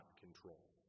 control